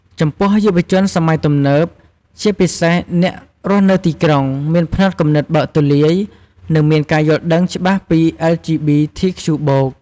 ចំពោះយុវជនសម័យទំនើប ជាពិសេសអ្នករស់នៅទីក្រុង មានផ្នត់គំនិតបើកទូលាយ និងមានការយល់ដឹងច្បាស់ពី អិល ជី ប៊ី ធី ខ្ជូ បូក (LGBTQ+)។